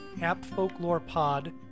appfolklorepod